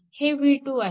हे v2 आहे